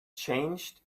changed